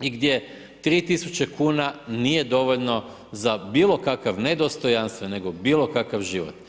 i gdje 3000 kn nije dovoljno za bilo kakav, ne dostojanstven, nego bilo kakav život.